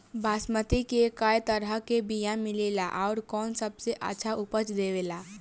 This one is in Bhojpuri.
बासमती के कै तरह के बीया मिलेला आउर कौन सबसे अच्छा उपज देवेला?